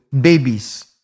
babies